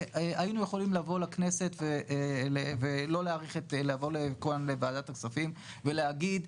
היינו יכולים לבוא לכנסת לוועדת הכספים ולהגיד,